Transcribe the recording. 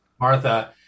Martha